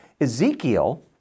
ezekiel